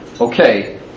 okay